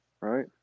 right